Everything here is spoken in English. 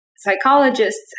psychologists